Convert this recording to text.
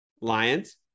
Lions